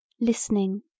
listening